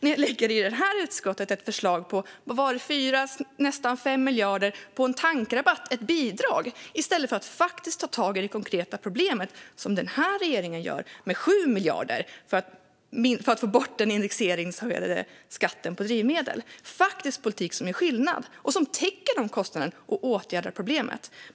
Ni lägger i utskottet fram ett förslag på 4 - nästan 5 - miljarder på en tankrabatt, ett bidrag, i stället för att faktiskt ta tag i det konkreta problemet. Det gör regeringen med 7 miljarder för att få bort indexeringen av skatten på drivmedel. Det är faktisk politik som gör skillnad, täcker kostnaderna och åtgärdar problemet.